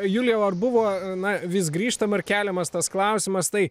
julijau ar buvo na vis grįžtam ar keliamas tas klausimas tai